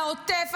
על העוטף,